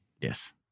Yes